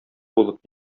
булып